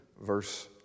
verse